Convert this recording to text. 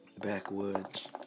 Backwoods